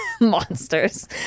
Monsters